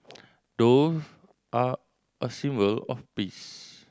dove are a of peace